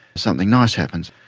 something nice happens.